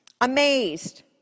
Amazed